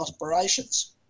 operations